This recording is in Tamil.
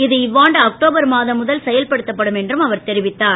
இது இவ்வாண்டு அக்டோபர் மாதம் முதல் செயல்படுத்தப்படும் என்று தெரிவித்தார்